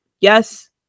Yes